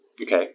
Okay